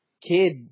kid